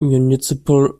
municipal